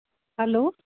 hello